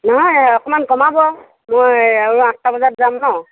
নহয় অকণমান কমাব মই আৰু আঠটা বজাত যাম ন'